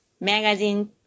magazine